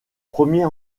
premier